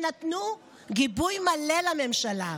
שנתנו גיבוי מלא לממשלה?